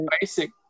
basic